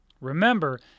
Remember